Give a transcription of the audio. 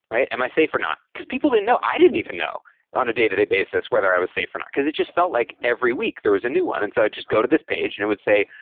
am i safe or not? because people didn't know. i didn't even know on a day-to-day basis whether i was safe or not, because it just felt like every week there was a new one, and so i'd just go to this page and it would say,